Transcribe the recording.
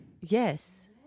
Yes